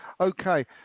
okay